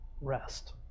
rest